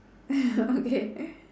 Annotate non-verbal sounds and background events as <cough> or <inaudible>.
<laughs> okay